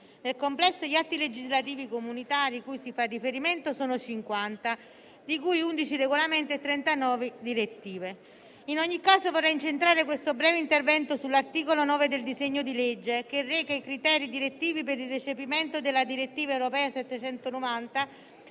Nel complesso, gli atti legislativi comunitari cui si fa riferimento sono 50, di cui 11 regolamenti e 39 direttive. In ogni caso, vorrei incentrare questo breve intervento sull'articolo 9 del disegno di legge, che reca i criteri direttivi per il recepimento della direttiva europea n.